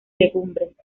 legumbres